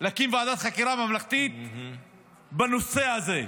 להקים ועדת חקירה ממלכתית בנושא הזה.